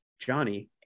Johnny